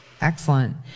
Excellent